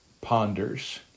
ponders